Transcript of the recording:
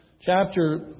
chapter